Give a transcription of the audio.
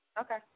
Okay